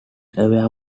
aware